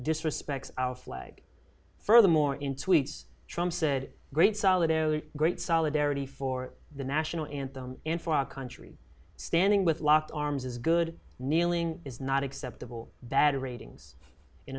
disrespect our flag furthermore in tweets trump said great solidarity great solidarity for the national anthem and for our country standing with locked arms is good kneeling is not acceptable bad ratings in